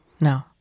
No